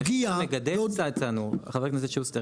פגיעה --- אבל חבר הכנסת שוסטר,